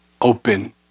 Open